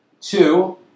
Two